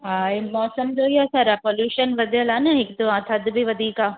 हा ऐं मौसम जो ई असरु आहे पॉल्यूशन वधियल आहे न हिकु त ऐं थधि बि वधीक आहे